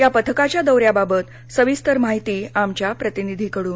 या पथकाच्या दौऱ्याबाबत सविस्तर माहिती आमच्या प्रतिनिधीकडून